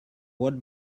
what